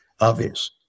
Obvious